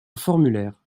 formulaire